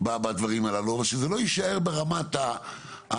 בדברים הללו, אבל שזה לא יישאר ברמה הזאת.